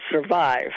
survive